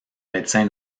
médecin